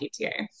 PTA